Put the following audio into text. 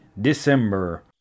December